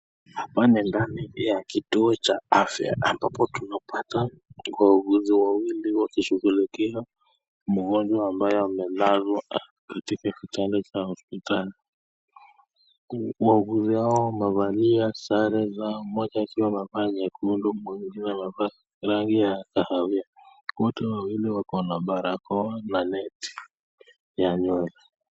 Hapa ni ndani ya kituo cha afya ambapo tunapata wauguzi wawili wakishughulikia mgonjwa ambaye amelazwa katika kitanda cha hospitali. Wauguzi hawa wamevalia sare zao, mmoja akiwa amevaa nyekundu, mwingine amevaa rangi ya sahawia. Wote wawili wako na barakoa na neti ya nywele.